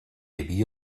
havia